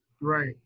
Right